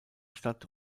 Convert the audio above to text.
statt